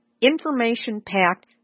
information-packed